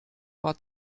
war